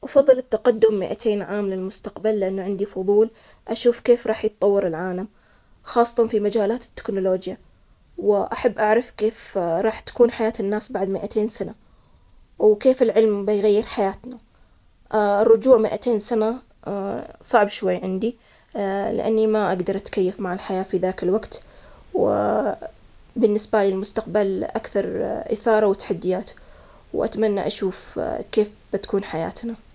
أحب أروح للمستقبل ميتين عام، أشوف كيف تطورت التكنولوجيا و الحياة، وأتعلم الإبتكارات الجديدة. بعدين أحب أكتشف كيف تغيرت المجتمعات والثقافات بالمستقبل، يمكن ألقى فرص جديدة وأفكار مبتكرة بتساعد في تحسين الحياة. أما ترجع للوراء، أشعر أنه بيكون أكثر تحدي مع التغييرات الكبيرة اللي صارت.